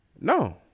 No